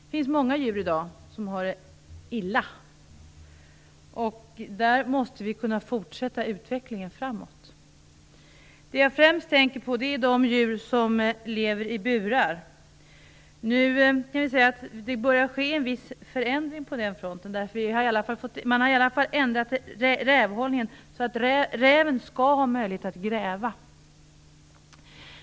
Det finns i dag många djur som har det illa, och vi måste på de punkterna kunna fortsätta att driva utvecklingen framåt. Det som jag främst tänker på är de djur som lever i burar. Vi kan säga att det nu börjar ske en viss förändring på den punkten. Man har i alla fall ändrat rävhållningen så, att räven skall ha möjlighet att gräva.